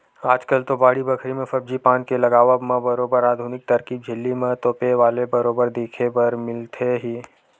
आजकल तो बाड़ी बखरी म सब्जी पान के लगावब म बरोबर आधुनिक तरकीब झिल्ली म तोपे वाले बरोबर देखे बर मिलथे ही